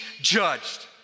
judged